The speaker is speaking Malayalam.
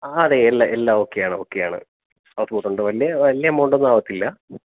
ആ അതെ എല്ലാം എല്ലാം ഓക്കെയാണ് ഓക്കെയാണ് അവിടെ ഫുഡുണ്ട് വലിയ വലിയ എമൗണ്ടൊന്നും ആവത്തില്ല